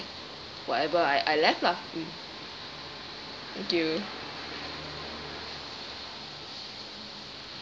whatever I I left lah thank you